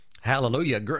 Hallelujah